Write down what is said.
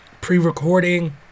pre-recording